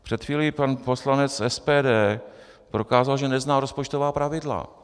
Před chvíli pan poslanec z SPD prokázal, že nezná rozpočtová pravidla.